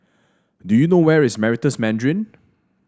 do you know where is Meritus Mandarin